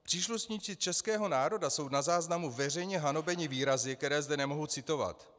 Příslušníci českého národa jsou na záznamu veřejně hanobeni výrazy, které zde nemohu citovat.